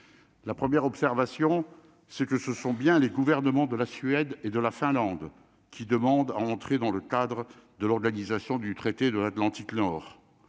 la première observation, c'est que ce sont bien les gouvernements de la Suède et de la Finlande, qui demandent à entrer dans le cadre de l'Organisation du traité de l'Atlantique nord,